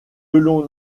l’on